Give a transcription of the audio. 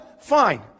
Fine